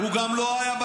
אתה ידעת,